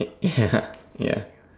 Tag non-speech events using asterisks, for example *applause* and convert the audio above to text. ya *laughs* ya